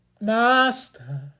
master